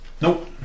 Nope